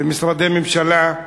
במשרדי ממשלה,